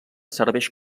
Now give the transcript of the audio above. serveix